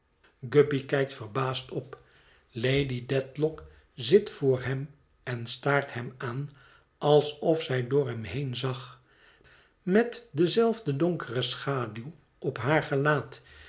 guppy kijkt verbaasd op lady dedlock zit voor hem en staart hem aan alsof zij door hem heen zag met dezelfde donkere schaduw op haar gelaat